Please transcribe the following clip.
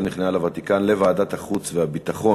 1047, ישראל נכנעה לוותיקן, לוועדת החוץ והביטחון.